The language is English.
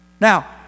Now